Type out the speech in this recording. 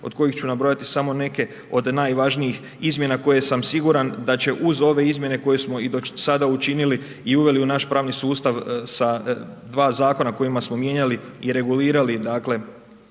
od kojih ću nabrojati samo neke od najvažnijih izmjena koje sam siguran da će uz ove izmjene koje smo i do sada učinili i uveli u naš pravni sustav sa dva zakona kojima smo mijenjali i regulirali,